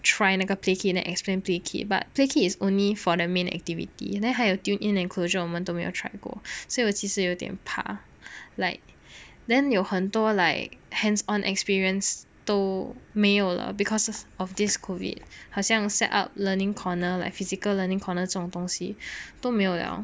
try 那个 play kid then explain play kid but play kid is only for the main activity then 还有 tune in and closure 我们都没有 try 过所以我其实有点怕 like then 有很多 like hands on experience 都没有了 because of this COVID 好像 set up learning corner like physical learning corner 这种东西都没有了